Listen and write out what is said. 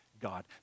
God